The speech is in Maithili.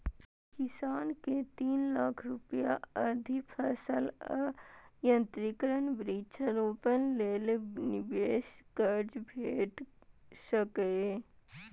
किसान कें तीन लाख रुपया धरि फसल आ यंत्रीकरण, वृक्षारोपण लेल निवेश कर्ज भेट सकैए